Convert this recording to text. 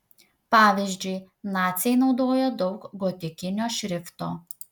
pavyzdžiui naciai naudojo daug gotikinio šrifto